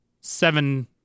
seven